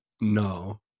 no